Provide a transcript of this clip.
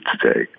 today